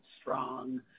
strong